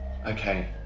okay